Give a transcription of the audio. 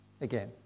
Again